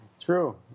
true